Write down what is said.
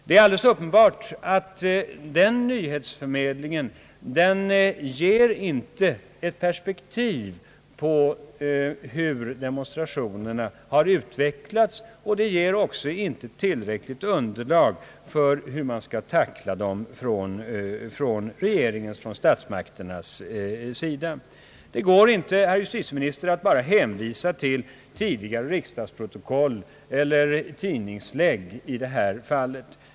Det är alldeles uppenbart att den nyhetsförmedlingen inte ger ett perspektiv på hur demonstrationerna har utvecklats och inte heller ger tillräckligt underlag för hur regeringen och statsmakterna skall tackla dem. Det går inte, herr justitieminister, att bara hänvisa till tidigare riksdagsprotokoll eller tidningslägg i detta fall.